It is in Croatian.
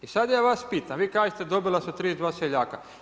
I sad ja vas pitam, vi kažete dobila su 32 seljaka.